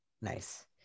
Nice